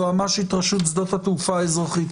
יועמ"שית רשות שדות התעופה האזרחית.